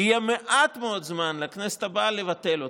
ויהיה מעט מאוד זמן לכנסת הבאה לבטל אותה.